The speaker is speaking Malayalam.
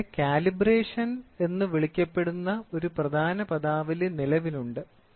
അതിനാൽ ഇവിടെ കാലിബ്രേഷൻ എന്ന് വിളിക്കപ്പെടുന്ന ഒരു പ്രധാന പദാവലി നിലവിലുണ്ട്